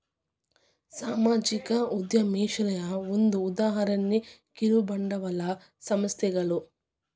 ಸಾಮಾಜಿಕ ಉದ್ಯಮಶೇಲತೆಯ ಒಂದ ಉದಾಹರಣೆ ಕಿರುಬಂಡವಾಳ ಸಂಸ್ಥೆಗಳು